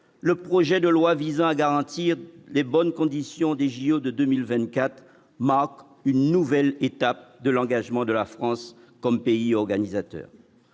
le projet de loi visant à garantir les bonnes conditions des JO de 2024 marque une nouvelle étape de l'engagement de la France comme pays organisateur,